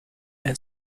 and